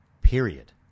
Period